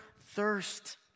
thirst